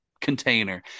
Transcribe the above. container